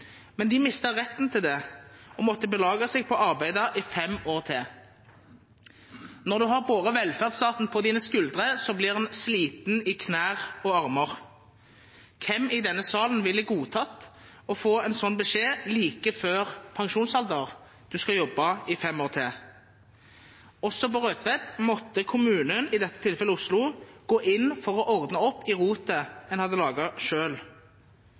men de mistet retten til det og måtte belage seg på å arbeide fem år til. Når en har båret velferdsstaten på dine skuldre, blir en sliten i knær og armer. Hvem i denne salen ville godtatt å få en slik beskjed like før pensjonsalder, at du skal arbeide fem år til? Også på Rødtvet måtte kommunen – i dette tilfellet Oslo – gå inn og ordne opp i rotet som en selv hadde